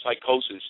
psychosis